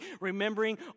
Remembering